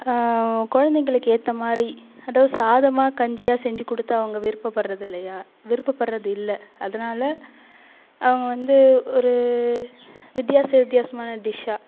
குழந்தைங்களுக்கு ஏற்ற மாதிரி அதோ சாதமாக கஞ்சியாக செஞ்சிக்கொடுத்து அவங்க விருப்பப்படுறதில்லையா விருப்பப்படுறது இல்லை அதனால் அவங்க வந்து ஒரு வித்தியாச வித்தியாசமான டிஷ்ஷாக